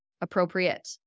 appropriate